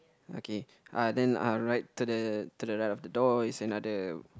okay uh then uh right to the to the right of the door is another